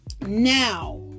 now